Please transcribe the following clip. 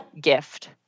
gift